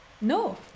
no